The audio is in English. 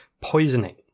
poisoning